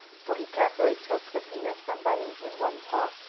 for he carefully took the peanuts from bunny in one paw,